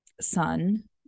son